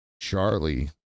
Charlie